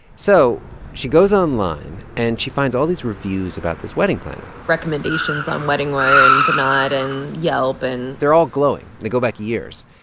so she goes online, and she finds all these reviews about this wedding planner recommendations on weddingwire, and the knot, and yelp and. they're all glowing. they go back years.